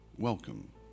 Welcome